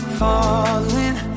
falling